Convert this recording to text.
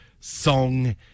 song